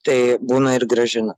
tai būna ir grąžina